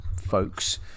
folks